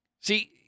see